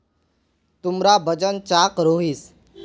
तुमरा वजन चाँ करोहिस?